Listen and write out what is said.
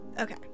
Okay